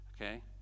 okay